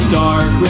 dark